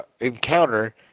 encounter